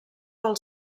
del